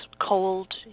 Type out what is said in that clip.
cold